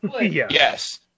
yes